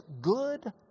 good